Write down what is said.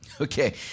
Okay